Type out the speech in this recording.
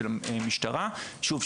ששוב,